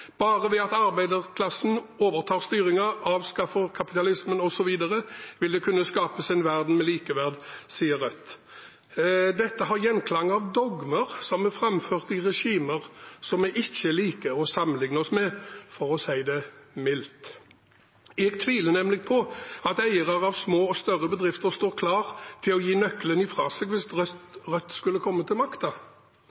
Bare ved at arbeiderklassen overtar styringen, avskaffer kapitalismen, osv., vil det kunne skapes en verden med likeverd, sier Rødt. Dette har gjenklang av dogmer som er framført i regimer som vi ikke liker å sammenligne oss med, for å si det mildt. Jeg tviler nemlig på at eiere av små og større bedrifter står klare til å gi nøkkelen fra seg hvis